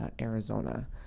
Arizona